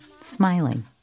smiling